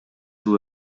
жыл